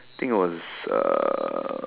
I think it was uh